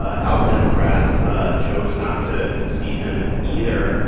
ah house democrats ah chose not to to seat him, either.